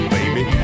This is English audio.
baby